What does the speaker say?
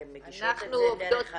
אתן מגישות את זה דרך הנוהל?